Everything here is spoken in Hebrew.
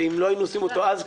שאם לא היינו עושים אותו אז,